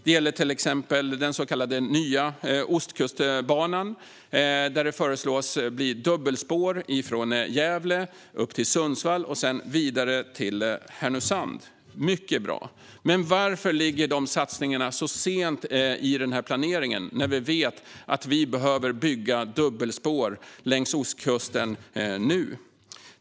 Det gäller till exempel den så kallade Nya Ostkustbanan, där det föreslås bli dubbelspår från Gävle upp till Sundsvall och sedan vidare till Härnösand. Mycket bra! Men varför ligger dessa satsningar så sent i planeringen när vi vet att vi behöver bygga dubbelspår längs ostkusten nu?